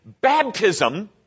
baptism